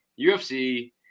UFC